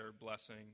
blessing